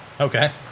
Okay